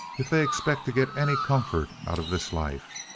if they expect t' git any comfort out ah this life.